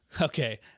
Okay